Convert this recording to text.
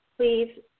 please